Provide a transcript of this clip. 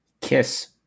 Kiss